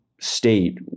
state